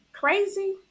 crazy